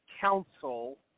council